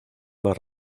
más